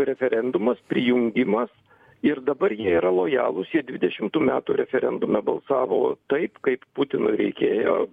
referendumas prijungimas ir dabar jie yra lojalūs jie dvidešimtų metų referendume balsavo taip kaip putinui reikėjo